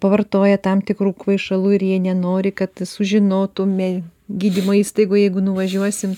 pavartoję tam tikrų kvaišalų ir ji nenori kad sužinotumei gydymo įstaigoj jeigu nuvažiuosim